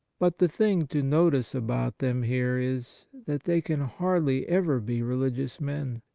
but the thing to notice about them here is, that they can hardly ever be religious men.